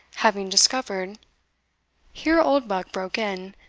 having discovered here oldbuck broke in,